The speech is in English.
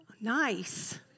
Nice